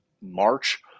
March